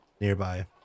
nearby